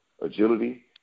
agility